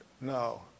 No